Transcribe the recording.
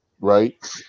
right